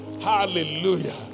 Hallelujah